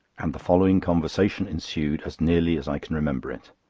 and the following conversation ensued as nearly as i can remember it.